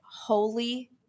holy